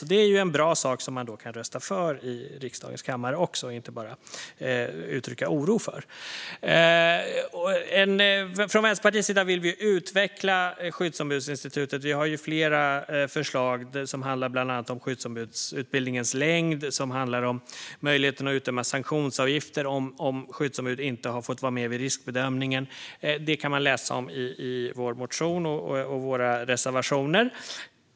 Detta är då en bra sak som man kan rösta för i riksdagens kammare i stället för att bara uttrycka oro. Från Vänsterpartiets sida vill vi utveckla skyddsombudsinstitutet. Vi har flera förslag som handlar om bland annat skyddsombudsutbildningens längd och möjligheten att utdöma sanktionsavgifter om skyddsombudet inte har fått vara med vid riskbedömningen. Detta kan man läsa om i vår motion och våra reservationer.